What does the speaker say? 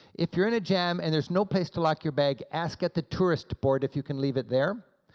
if you're in a jam and there's no place to lock your bag, ask at the tourist board if you can leave it there.